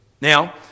Now